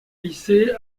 lycée